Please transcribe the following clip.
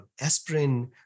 aspirin